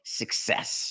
success